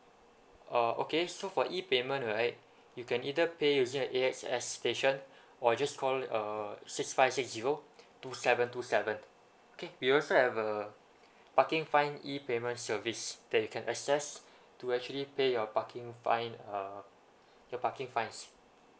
uh okay so for E payment right you can either pay using a A_X_S station or you just call uh six five six zero two seven two seven okay we also have a parking fine E payment service that you can access to actually pay your parking fine uh your parking fines